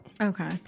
Okay